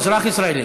אזרח ישראלי.